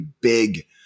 big